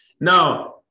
Now